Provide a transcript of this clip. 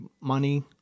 money